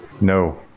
no